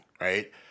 right